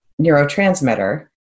neurotransmitter